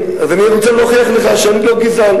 אני אענה לך בעוד שנייה.